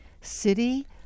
City